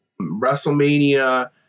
WrestleMania